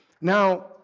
Now